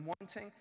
wanting